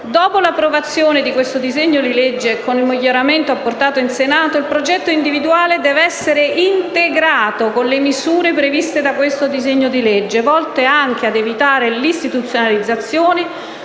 Dopo l'approvazione di questo disegno di legge, con il miglioramento apportato in Senato, il progetto individuale deve essere integrato con le misure previste da questo disegno di legge, volte anche ad evitare l'istituzionalizzazione,